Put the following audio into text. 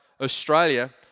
Australia